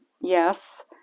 Yes